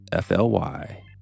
FLY